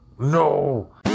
No